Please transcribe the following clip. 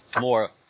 more –